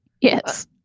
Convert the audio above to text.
Yes